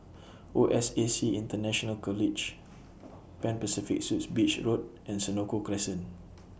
O S A C International College Pan Pacific Suites Beach Road and Senoko Crescent